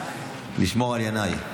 לשמור על ינאי.